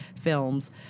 films